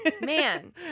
Man